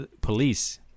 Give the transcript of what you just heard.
police